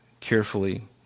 carefully